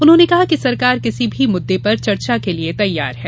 उन्होंने कहा कि सरकार किसी भी मुददें पर चर्चा के लिये तैयार है